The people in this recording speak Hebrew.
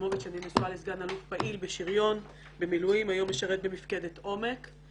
אני נשואה לסגן-אלוף פעיל בשריון במילואים שמשרת היום במפקדת עומק.